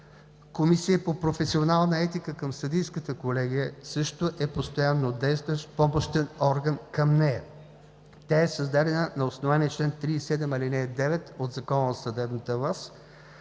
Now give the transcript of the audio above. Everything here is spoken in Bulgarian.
Комисия по професионална етика към Съдийската колегия също е постоянно действащ помощен орган към нея. Тя е създадена на основание чл. 37, ал. 9 от Закона за съдебната власт.